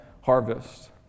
harvest